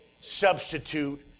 substitute